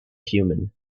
human